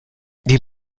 die